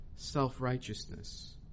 self-righteousness